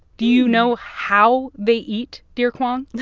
do you know how they eat, dear kwong?